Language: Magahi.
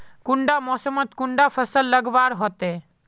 कुंडा मोसमोत कुंडा फसल लगवार होते?